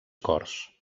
cors